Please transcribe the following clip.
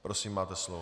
Prosím, máte slovo.